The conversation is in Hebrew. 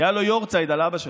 כי היה לו יארצייט על אבא שלו.